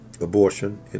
abortion